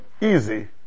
easy